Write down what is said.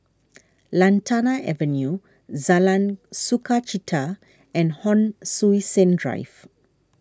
Lantana Avenue Sukachita and Hon Sui Sen Drive